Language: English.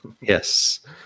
Yes